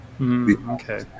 Okay